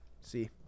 see